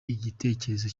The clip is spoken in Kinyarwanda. igitekerezo